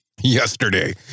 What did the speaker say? yesterday